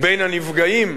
בנפגעים,